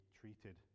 treated